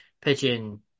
pitching